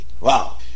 Wow